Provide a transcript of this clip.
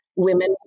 women